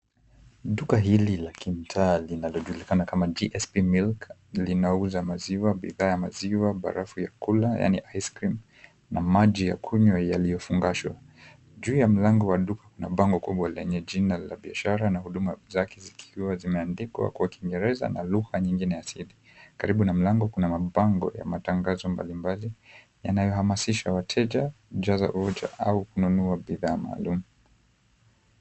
Duka hili la kimtaa linalojulikana kama, GSP Milk linauza maziwa, bidhaa ya maziwa, barafu ya kula yaani ice cream na maji ya kunywa yaliyofungashwa. Juu ya mlango wa duka kuna bango kubwa lenye jina la biashara na huduma zake zikiwa zimeandikwa kwa kiingereza na lugha nyingine asili. Karibu na mlango kuna mabango ya matangazo mbalimbali yanayohamasisha wateja juu ya vitu au kununua bidhaa maalum.